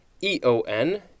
E-O-N